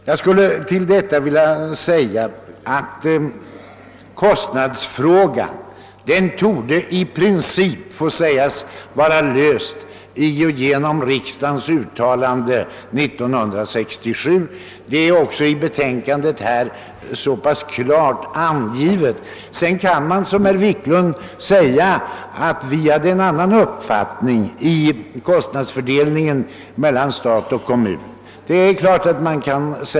Jag vill framhålla, att kostnadsfrågan måste sägas vara i princip löst i och med riksdagens uttalande år 1967. Detta har också klart angivits i utlåtandet. Sedan kan man naturligtvis som herr Wiklund i Stockholm säga, att han och hans meningsfränder hade en annan uppfattning i fråga om kostnadsfördel ningen mellan stat och kommun.